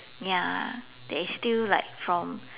ya that is still like from